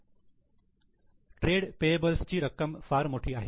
near me trade payables ची रक्कम फार मोठी आहे